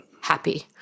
happy